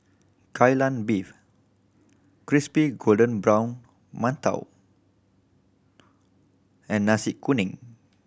Kai Lan Beef crispy golden brown mantou and Nasi Kuning